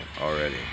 already